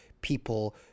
people